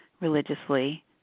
religiously